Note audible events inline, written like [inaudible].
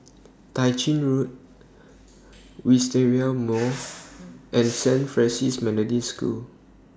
Tai [unintelligible] Road Wisteria Mall and Saint Francis [unintelligible] School